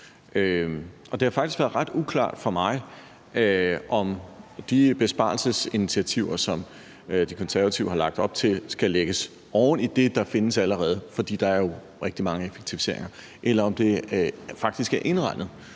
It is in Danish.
det har faktisk været ret uklart for mig, om de besparelsesinitiativer, som De Konservative har lagt op til, skal lægges oven i det, der findes allerede – for der er jo rigtig mange effektiviseringer – eller om det faktisk er indregnet.